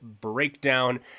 breakdown